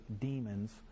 demons